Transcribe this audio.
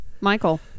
Michael